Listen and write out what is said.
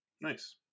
Nice